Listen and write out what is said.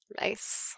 Nice